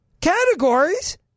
categories